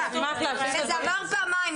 זה נאמר פעמיים,